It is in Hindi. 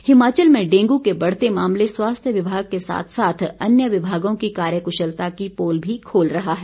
हिमाचल में डेंगू के बढ़ते मामले स्वास्थ्य विभाग के साथ साथ अन्य विभागों की कार्यकुशलता की पोल भी खोल रहा है